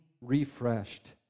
refreshed